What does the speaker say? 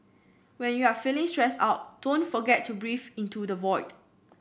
when you are feeling stressed out don't forget to breathe into the void